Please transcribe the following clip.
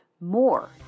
more